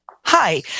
Hi